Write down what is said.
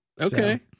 Okay